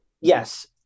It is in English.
Yes